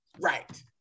Right